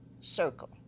Circle